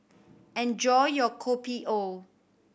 enjoy your Kopi O